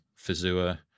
Fazua